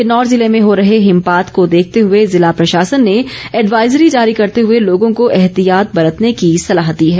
किन्नौर जिले में हो रहे हिमपात को देखते हुए जिला प्रशासन ने एडवाइजरी जारी करते हुए लोगों को एहतियात बरतने की सलाह दी है